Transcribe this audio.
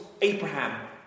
Abraham